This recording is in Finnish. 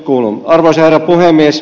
arvoisa herra puhemies